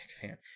Fan